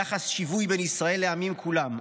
יחס שיווי בין ישראל לעמים כולם".